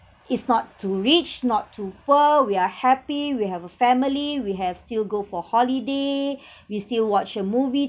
it's not too rich not too poor we are happy we have a family we have still go for holiday we still watch a movie